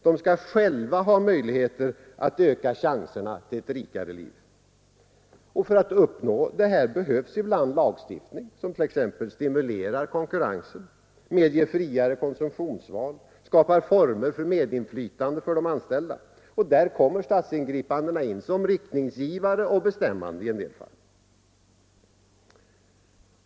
De skall själva ha möjligheter att öka chanserna till ett rikare liv. För att uppnå detta behövs ibland lagstiftning som t.ex. stimulerar konkurrensen, medger friare konsumtionsval och skapar former för medinflytande för de anställda. Där kommer statsingripandena in som riktningsgivare och bestämmande i en del fall.